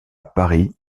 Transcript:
paris